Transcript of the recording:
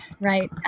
Right